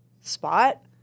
spot